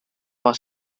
has